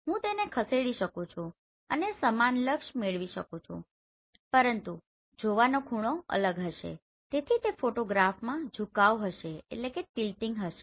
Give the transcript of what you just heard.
હું તેને ખસેડી શકું છું અને સમાન લક્ષ્ય મેળવી શકું છું પરંતુ જોવાનો ખૂણો અલગ હશે તેથી તે ફોટોગ્રાફમા ઝુકાવ હશે